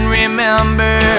remember